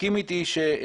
תסכים איתי שאגב,